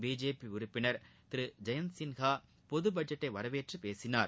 BJP உறுப்பினர் திரு ஜெயந்த்சின்கா பொதுபட்ஜெட்டை வரவேற்று பேசினார்